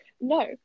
no